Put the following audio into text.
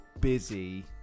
busy